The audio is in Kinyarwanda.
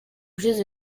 ushize